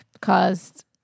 caused